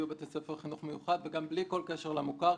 יהיו בתי ספר לחינוך מיוחד וגם בלי כל קשר למוכר,